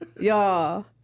Y'all